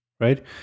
right